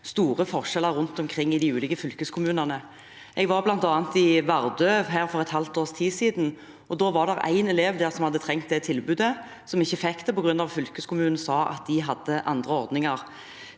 store forskjeller rundt omkring i de ulike fylkeskommunene. Jeg var bl.a. i Vardø for et halvt års tid siden, og da var det en elev der som hadde trengt det tilbudet, men som ikke fikk det på grunn av at fylkeskommunene sa de hadde andre ordninger.